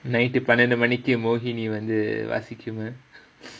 night பன்னிரண்டு மணிக்கு மோகினி வந்து வாசிக்குமா:pannirandu manikku mogini vanthu vaasikkumaa